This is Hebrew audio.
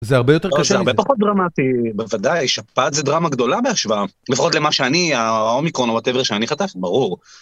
זה הרבה יותר קשה ופחות דרמטי בוודאי שפעת זה דרמה גדולה בהשוואה לפחות למה שאני, האומיקרון או וואטאבר, שאני חטפתי ברור.